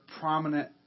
prominent